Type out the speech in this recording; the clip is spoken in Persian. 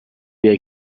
بیای